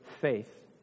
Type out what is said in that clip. faith